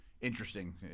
interesting